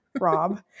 Rob